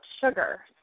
sugar